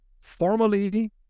formally